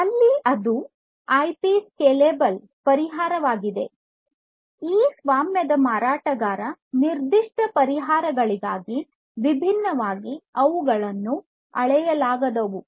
ಅಲ್ಲಿ ಅದು IP scalable ಪರಿಹಾರವಾಗಿದೆ ಈ ಸ್ವಾಮ್ಯದ ಮಾರಾಟಗಾರ ನಿರ್ದಿಷ್ಟ ಪರಿಹಾರಗಳಿಗೆ ಭಿನ್ನವಾಗಿ ಅವುಗಳನ್ನು ಅಳೆಯಲಾಗದವು